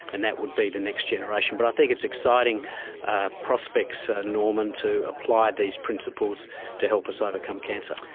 and that would be the next generation. but i think it's exciting prospects, norman, to apply these principles to help us overcome cancer.